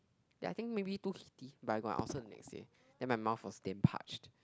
ya I think maybe too heaty but I got an ulcer the next day then my mouth was damn parched